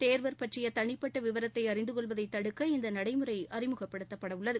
தேர்வர் பற்றிய தனிப்பட்ட விவரத்தை அறிந்து கொள்வதைத் தடுக்க இந்த நடைமுறை அறிமுகப்படுத்தப்பட உள்ளது